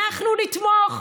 אנחנו נתמוך.